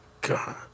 God